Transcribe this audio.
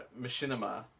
Machinima